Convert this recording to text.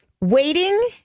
Waiting